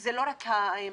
זה לא רק המכת"זית,